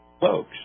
Folks